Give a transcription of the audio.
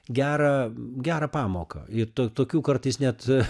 gerą gerą pamoką to tokių kartais net